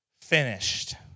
finished